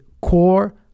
core